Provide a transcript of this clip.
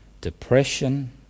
depression